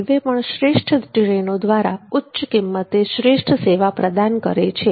railway પણ શ્રેષ્ઠ ટ્રેનો દ્વારા ઉચ્ચ કિંમતે શ્રેષ્ઠ સેવા પ્રદાન કરે છે